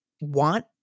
want